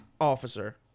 officer